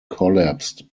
collapsed